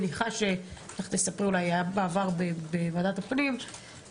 אני מניחה שהיה בעבר בוועדת הפנים,